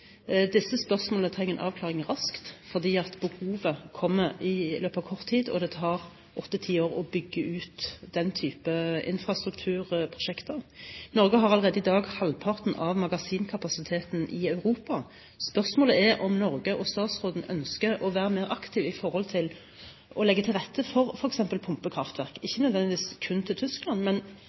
fordi det tar åtte–ti år å bygge ut den type infrastrukturprosjekter. Norge har allerede i dag halvparten av magasinkapasiteten i Europa. Spørsmålet er om Norge og statsråden ønsker å være mer aktiv når det gjelder å legge til rette for f.eks. pumpekraftverk, ikke nødvendigvis kun på grunn av Tysklands behov, men